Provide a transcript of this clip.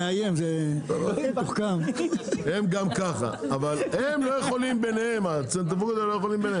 אבל הם לא יכולים ביניהם הקונצרנים.